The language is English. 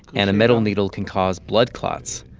and a metal needle can cause blood clots,